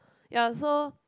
ya so